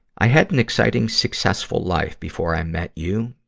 i had an exciting, successful life before i met you.